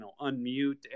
unmute